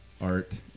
art